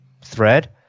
thread